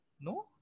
No